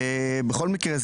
בכל מקרה,